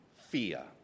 fear